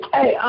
Hey